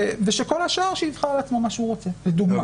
ושכל השאר, שיבחר לעצמו מה שהוא רוצה, לדוגמה.